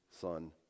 Son